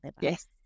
Yes